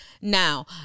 Now